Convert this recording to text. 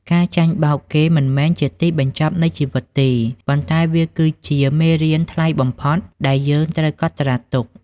ការចាញ់បោកគេមិនមែនជាទីបញ្ចប់នៃជីវិតទេ ប៉ុន្តែវាគឺជា "មេរៀនថ្លៃបំផុត" ដែលយើងត្រូវកត់ត្រាទុក។